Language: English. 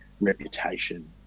reputation